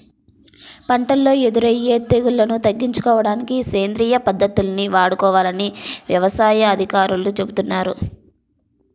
పంటల్లో ఎదురయ్యే తెగుల్లను తగ్గించుకోడానికి సేంద్రియ పద్దతుల్ని వాడుకోవాలని యవసాయ అధికారులు చెబుతున్నారు